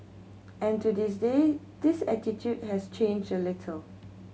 and to this day this attitude has changed little